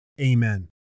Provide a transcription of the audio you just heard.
amen